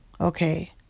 Okay